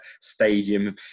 stadium